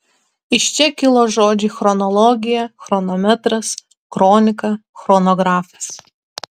iš čia kilo žodžiai chronologija chronometras kronika chronografas